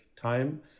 time